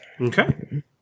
Okay